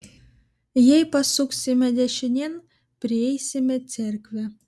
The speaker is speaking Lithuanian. jei pasuksime dešinėn prieisime cerkvę